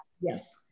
Yes